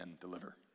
deliver